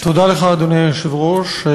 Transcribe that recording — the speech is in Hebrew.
אדוני היושב-ראש,